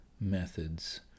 methods